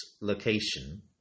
location